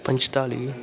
ਪੰਤਾਲੀ